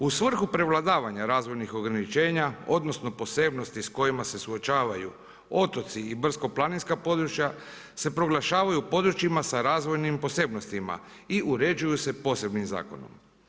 U svrhu prevladavanja razvojnih ograničenja odnosno posebnosti sa kojima se suočavaju otoci i brdsko-planinska područja se proglašavaju u područjima sa razvojnim posebnostima i uređuju se posebnim zakonom.